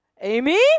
Amy